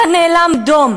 אתה נאלם דום.